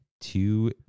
two